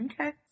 Okay